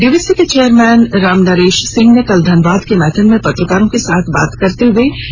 DVC के chairman Ramnaresh Singh ने कल धनबाद के मैथन में पत्रकारों के साथ बात करते हुए यह जानकारी दी